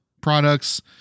Products